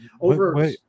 over